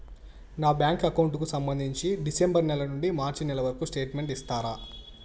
నా bank account కు సంబంధించి డిసెంబరు నెల నుండి మార్చి నెలవరకు స్టేట్మెంట్ ఇస్తారా?